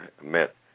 met